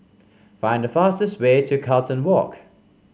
find the fastest way to Carlton Walk